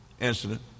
incident